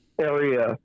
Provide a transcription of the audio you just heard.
area